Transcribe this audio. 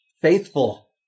faithful